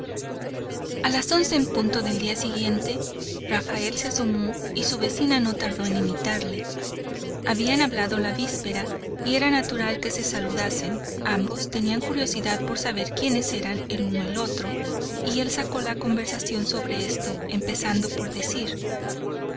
a las once en punto de la siguiente rafael se asomó y su vecina no tardó en imitarle habían hablado la víspera y era natural que se saludasen ambos tenían curiosidad por saber quiénes eran el uno y el otro y él sacó la conversación sobre esto empezando por decir